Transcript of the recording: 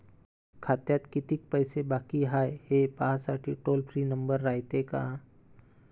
खात्यात कितीक पैसे बाकी हाय, हे पाहासाठी टोल फ्री नंबर रायते का?